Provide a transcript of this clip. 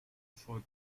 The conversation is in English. for